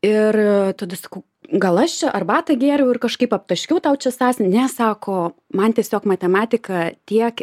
ir tada sakau gal aš čia arbatą gėriau ir kažkaip aptaškiau tau čia sąsiuvinį ne sako man tiesiog matematika tiek